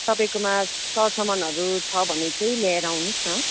तपाईँकोमा सरसामानहरू छ भने चाहिँ लिएर आउनुहोस् न